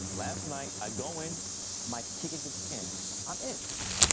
last night, i go in my ticket, get scanned, i'm in